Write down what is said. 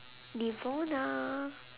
devona